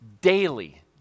daily